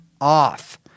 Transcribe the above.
off